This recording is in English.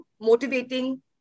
motivating